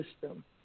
system